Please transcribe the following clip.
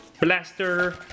Blaster